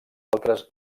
altres